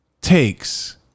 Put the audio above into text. takes